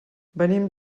venim